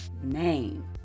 name